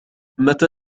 متى